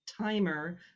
timer